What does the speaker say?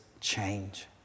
change